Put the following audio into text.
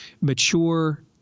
mature